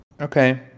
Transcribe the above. Okay